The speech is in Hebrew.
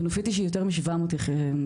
ונופית היא יותר מ-700 בתים,